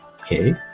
okay